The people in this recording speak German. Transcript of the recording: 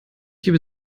gebe